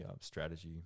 strategy